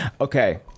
Okay